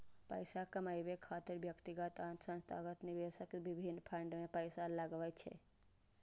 पैसा कमाबै खातिर व्यक्तिगत आ संस्थागत निवेशक विभिन्न फंड मे पैसा लगबै छै